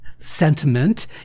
Sentiment